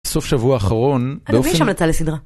סוף שבוע אחרון, באופן אדומי שם נצא לסדרה.